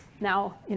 now